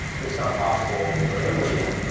it's not possible for everyone,